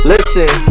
Listen